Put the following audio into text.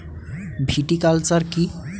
Viticulture কী?